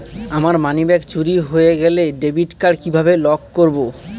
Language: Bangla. আমার মানিব্যাগ চুরি হয়ে গেলে ডেবিট কার্ড কিভাবে লক করব?